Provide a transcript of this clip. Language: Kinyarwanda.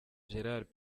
gérard